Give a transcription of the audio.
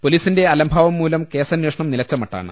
പൊലീസിന്റെ അലംഭാവം മൂലം കേസന്വേഷണം നിലച്ച മട്ടിലാണ്